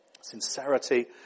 Sincerity